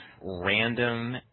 random